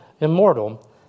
immortal